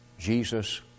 Jesus